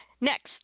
Next